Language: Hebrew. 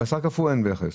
על בשר קפוא אין מכס.